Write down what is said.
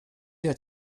der